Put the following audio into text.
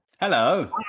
hello